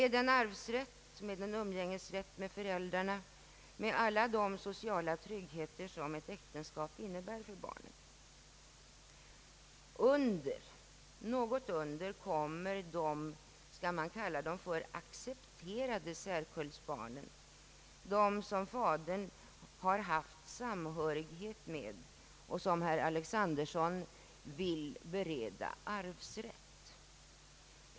Dessa barn har alltså alla de sociala tryggheter som ett äktenskap innebär med arvsrätt, umgängesrätt med föräldrarna m.m. Något under denna kategori kommer vad man kanske kan kalla de accepterade särkullsbarnen, de barn som fadern haft samhörighet med och som herr Alexanderson vill ge arvsrätt.